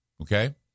Okay